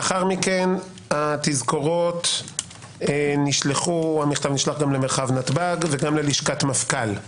לאחר מכן התזכורות נשלחו המכתב נשלח למרחב נתב"ג וגם ללשכת מפכ"ל.